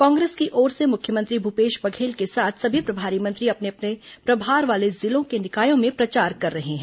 कांग्रेस की ओर से मुख्यमंत्री भूपेश बघेल के साथ सभी प्रभारी मंत्री अपने अपने प्रभार वाले जिलों के निकायों में प्रचार कर रहे हैं